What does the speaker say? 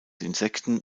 insekten